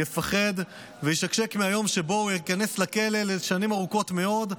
יפחד וישקשק מהיום שבו הוא ייכנס לכלא לשנים ארוכות מאוד.